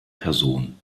person